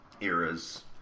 eras